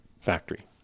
factory